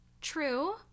True